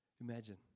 imagine